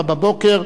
04:00,